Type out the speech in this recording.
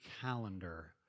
calendar